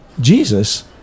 Jesus